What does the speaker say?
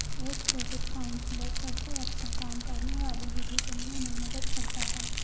एक credit counsellor सबसे अच्छा काम करने वाली विधि चुनने में मदद करता है